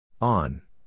On